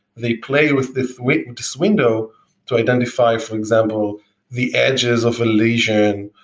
they play with this with this window to identify for example the edges of a lesion,